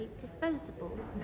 disposable